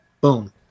boom